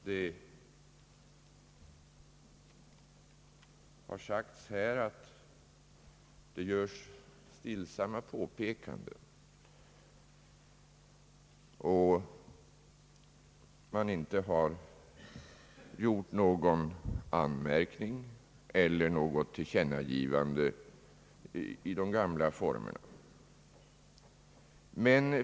Det har sagts här att det görs stillsamma påpekanden och inte någon anmärkning eller något tillkännagivande i de gamla formerna.